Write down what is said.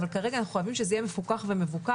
כרגע אנחנו חייבים שזה יהיה מפוקח ומבוקר,